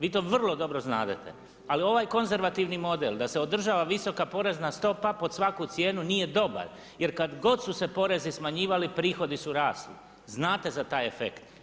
Vi to vrlo dobro znadete, ali ovaj konzervativni model da se održava visoka porezna stopa pod svaku cijenu nije dobar jer kad god su se porezi smanjivali prihodi su rasli, znate za taj efekt.